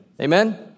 Amen